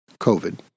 COVID